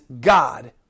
God